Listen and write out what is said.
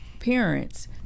parents